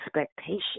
expectation